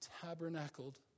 tabernacled